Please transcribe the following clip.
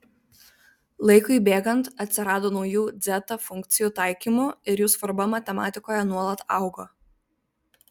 laikui bėgant atsirado naujų dzeta funkcijų taikymų ir jų svarba matematikoje nuolat augo